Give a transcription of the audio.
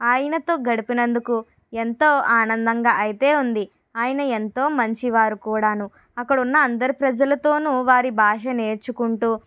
ఆయనతో గడిపినందుకు ఎంతో ఆనందంగా అయితే ఉంది ఆయన ఎంతో మంచి వారు కూడాను అక్కడ ఉన్న అందరు ప్రజలతోనూ వారి భాష నేర్చుకుంటూ